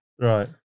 Right